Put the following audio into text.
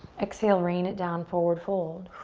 exhale, rain it down, forward fold.